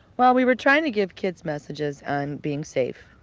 well, we were trying to give kids messages on being safe,